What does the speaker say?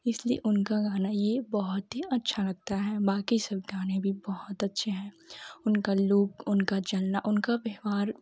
इसलिए उनका गाना यह बहुत ही अच्छा लगता है बाक़ी सब गाने भी बहुत अच्छे हैं उनका लोक उनका जना उनका व्याहवार